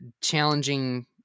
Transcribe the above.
challenging